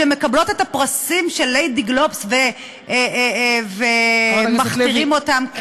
שמקבלות את הפרסים של "ליידי גלובס" ומכתירים אותן,